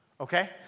Okay